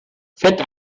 fett